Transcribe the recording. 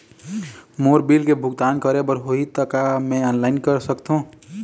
मोर bill के भुगतान करे बर होही ता का मैं ऑनलाइन कर सकथों?